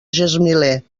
gesmiler